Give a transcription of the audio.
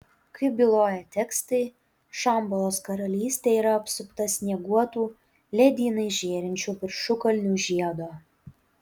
kaip byloja tekstai šambalos karalystė yra apsupta snieguotų ledynais žėrinčių viršukalnių žiedo